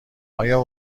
آیا